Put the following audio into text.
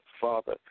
Father